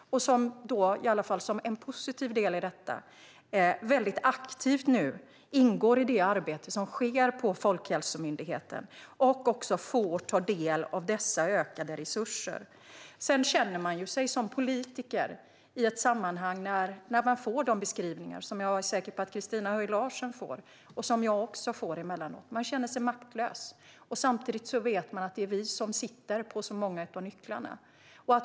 En positiv del i detta är att de aktivt ingår i det arbete som sker på Folkhälsomyndigheten, och de får ta del av de ökade resurserna. I de sammanhang man får höra dessa beskrivningar, som jag är säker på att Christina Höj Larsen får höra, och som också jag får höra emellanåt, känner man sig som politiker maktlös. Samtidigt vet man att det är vi som sitter på så många av nycklarna.